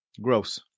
gross